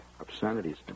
Obscenities